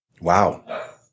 Wow